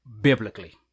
biblically